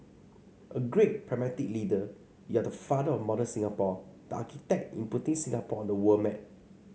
a great pragmatic leader you are the father of modern Singapore the architect in putting Singapore on the world map